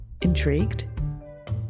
Intrigued